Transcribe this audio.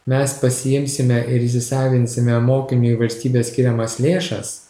mes pasiimsime ir įsisavinsime mokiniui valstybės skiriamas lėšas